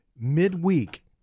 Midweek